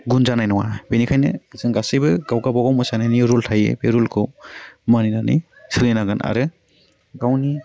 गुन जानाय नङा बेनिखायनो जों गासिबो गाव गावबागाव मोसानाइनि रुल थायो बे रुलखौ मानिनानै सोलिनांगोन आरो गावनि